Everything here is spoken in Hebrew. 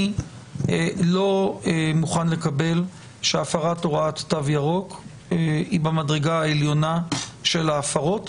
אני לא מוכן לקבל שהפרת הוראת תו ירוק היא במדרגה העליונה של ההפרות,